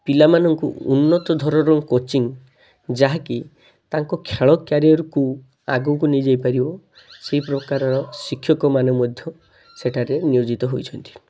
ପିଲାମାନଙ୍କୁ ଉନ୍ନତଧରଣର କୋଚିଂ ଯାହାକି ତାଙ୍କ ଖେଳ କ୍ୟାରିୟରକୁ ଆଗକୁ ନେଇଯାଇ ପାରିବ ସେହି ପ୍ରକାରର ଶିକ୍ଷକମାନେ ମଧ୍ୟ ସେଠାରେ ନିୟୋଜିତ ହୋଇଛନ୍ତି